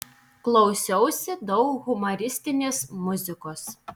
klausiausi daug humoristinės muzikos